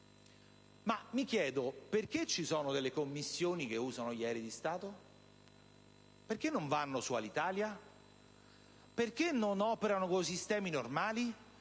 Mi chiedo: perché alcune Commissioni usano gli aerei di Stato? Perché non volano con Alitalia? Perché non operano con i sistemi normali?